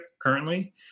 currently